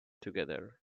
together